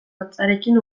hotzarekin